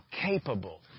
capable